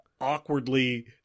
awkwardly